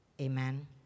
amen